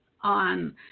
on